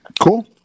Cool